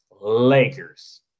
Lakers